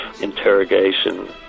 interrogation